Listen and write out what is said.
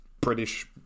British